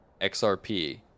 XRP